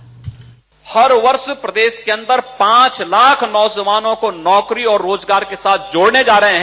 bite हर वर्ष प्रदेश के अन्दर पांच लाख नौजवानों को नौकरी और रोजगार के साथ जोड़ने जा रहे है